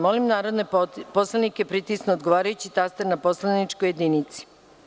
Molim narodne poslanike da pritisnu odgovarajući taster na poslaničkoj jedinici.